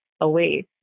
away